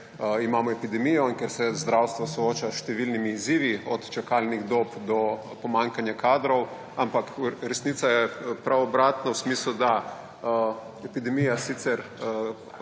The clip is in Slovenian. imamo epidemijo in ker se zdravstvo sooča s številnimi izzivi od čakalnih dob do pomanjkanja kadrov, ampak resnica je prav obratno v resnici, da epidemija